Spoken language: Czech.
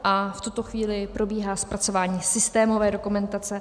A v tuto chvíli probíhá zpracování systémové dokumentace.